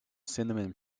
cinnamon